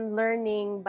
learning